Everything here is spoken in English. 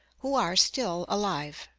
who are still alive.